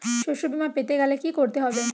শষ্যবীমা পেতে গেলে কি করতে হবে?